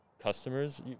customers